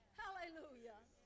hallelujah